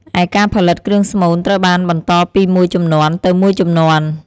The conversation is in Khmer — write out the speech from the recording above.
ឯការផលិតគ្រឿងស្មូនត្រូវបានបន្តពីមួយជំនាន់ទៅមួយជំនាន់។